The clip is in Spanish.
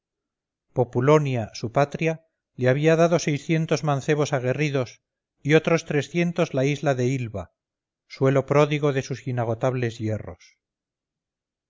apolo dorado populonia su patria le había dado seiscientos mancebos aguerridos y otros trescientos la isla de ilva suelo pródigo de sus inagotables hierros